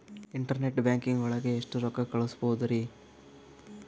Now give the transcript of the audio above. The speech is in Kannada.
ಇಂಟರ್ನೆಟ್ ಬ್ಯಾಂಕಿಂಗ್ ಒಳಗೆ ಎಷ್ಟ್ ರೊಕ್ಕ ಕಲ್ಸ್ಬೋದ್ ರಿ?